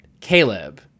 Caleb